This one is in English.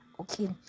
okay